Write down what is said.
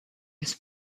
his